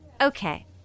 Okay